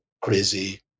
crazy